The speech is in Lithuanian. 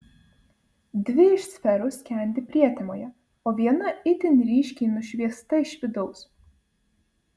dvi iš sferų skendi prietemoje o viena itin ryškiai nušviesta iš vidaus